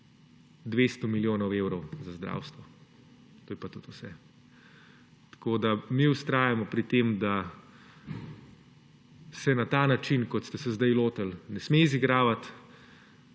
200 milijonov evrov za zdravstvo. To je pa tudi vse. Tako da mi vztrajamo pri tem, da se na ta način, kot ste se zdaj lotili, ne sme izigravati